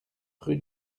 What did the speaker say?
rue